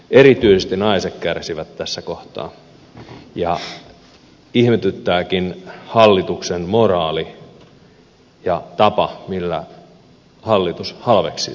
erityisesti naiset kärsivät tässä kohtaa ja ihmetyttääkin hallituksen moraali ja tapa millä hallitus halveksii suorastaan naisia